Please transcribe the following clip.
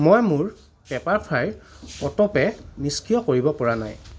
মই মোৰ পেপাৰফ্ৰাইৰ অ'টোপে' নিষ্ক্ৰিয় কৰিব পৰা নাই